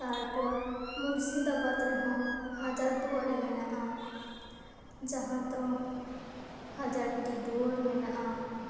ᱛᱟᱨᱯᱚᱨ ᱢᱩᱨᱥᱤᱫᱟᱵᱟᱫ ᱨᱮᱦᱚᱸ ᱦᱟᱡᱟᱨᱫᱩᱭᱟᱨᱤ ᱢᱮᱱᱟᱜᱼᱟ ᱡᱟᱦᱟᱸ ᱫᱚ ᱦᱟᱡᱟᱨᱴᱤ ᱫᱩᱣᱟᱹᱨ ᱢᱮᱱᱟᱜᱼᱟ